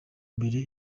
imbere